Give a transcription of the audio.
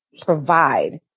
provide